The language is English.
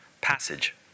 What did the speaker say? passage